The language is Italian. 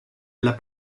alla